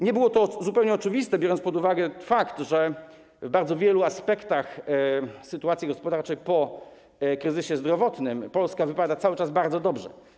Nie było to zupełnie oczywiste, biorąc pod uwagę, że w bardzo wielu aspektach, jeśli chodzi o sytuację gospodarczą, po kryzysie zdrowotnym Polska wypada cały czas bardzo dobrze.